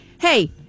hey